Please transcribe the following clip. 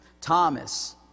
Thomas